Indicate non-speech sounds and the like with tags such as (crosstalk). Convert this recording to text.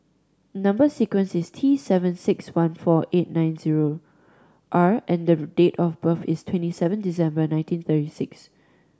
number sequence is T seven six one four eight nine zero R and (unintelligible) date of birth is twenty seven December nineteen thirty six